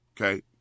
Okay